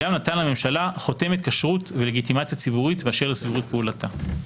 גם נתן לממשלה חותמת כשרות ולגיטימציה ציבורית באשר לסבירות פעולתה.